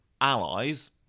allies